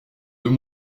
deux